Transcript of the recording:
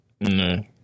No